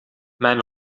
mijn